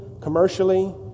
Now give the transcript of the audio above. commercially